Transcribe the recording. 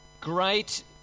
Great